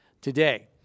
today